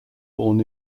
born